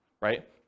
right